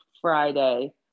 Friday